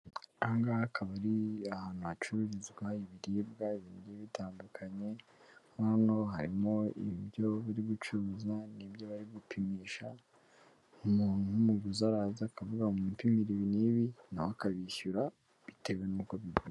Aha ngaha hakaba ari ahantu hacururizwa ibiribwa, iibintu bigiye bitandukanye, hano harimo ibyo uri gucuruza n'ibyo bari gupimisha, umuntu w'umuguzi araza akavuga ngo mumpimi ibi n'ibi, nawe akabishyura bitewe n'uko bigura.